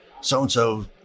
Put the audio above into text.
so-and-so